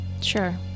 Sure